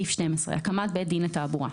12. הקמת בית דין לתעבורה.